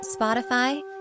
Spotify